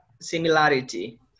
similarity